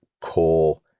core